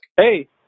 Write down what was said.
hey